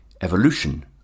evolution